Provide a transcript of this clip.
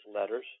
letters